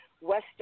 Western